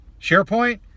SharePoint